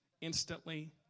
instantly